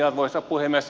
arvoisa puhemies